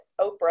Oprah